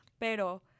pero